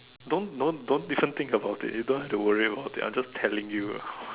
don't don't don't even think about it you don't have to worry about it I'm just telling you ah